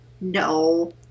No